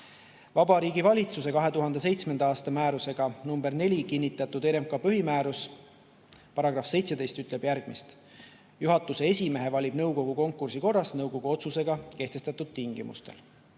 Vabariigi Valitsuse 2007. aasta määrusega nr 4 kinnitatud RMK põhimääruse § 17 ütleb järgmist: "Juhatuse esimehe valib nõukogu konkursi korras nõukogu otsusega kehtestatud tingimustel."